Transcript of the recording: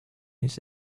his